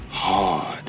hard